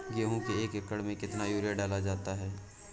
गेहूँ के एक एकड़ में कितना यूरिया डाला जाता है?